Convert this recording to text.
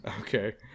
Okay